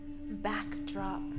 backdrop